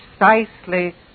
precisely